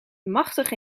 machtige